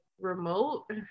remote